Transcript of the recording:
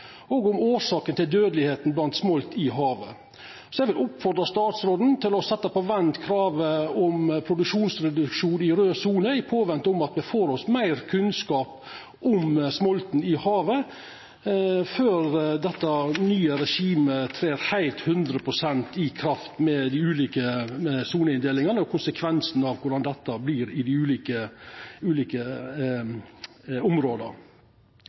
og om årsaka til dødelegheita blant smolt i havet. Så eg vil oppmoda statsråden til å setja på vent kravet om produksjonsreduksjon i raud sone inntil me får meir kunnskap om smolten i havet før dette nye regimet trer heilt 100 pst. i kraft med dei ulike soneinndelingane og konsekvensane av korleis dette vert i dei ulike